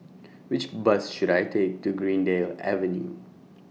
Which Bus should I Take to Greendale Avenue